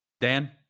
Dan